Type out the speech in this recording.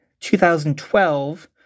2012